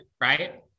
Right